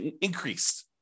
increased